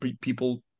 people